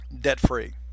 debt-free